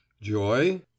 Joy